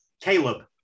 Caleb